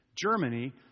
Germany